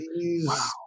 wow